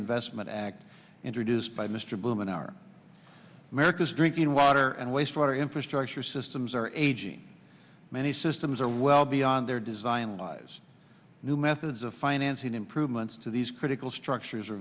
investment act introduced by mr bloom in our america's drinking water and wastewater infrastructure systems our aging many systems are well beyond their design lies new methods of financing improvements to these critical structures are